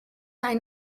ein